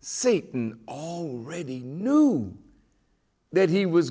seaton already knew that he was